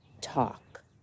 Talk